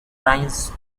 lines